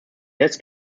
jetzt